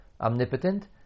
omnipotent